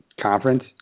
conference